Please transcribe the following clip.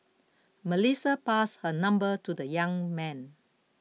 Melissa passed her number to the young man